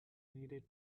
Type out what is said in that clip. needed